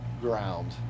ground